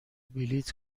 بلیط